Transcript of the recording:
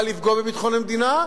בכוונה לפגוע בביטחון המדינה,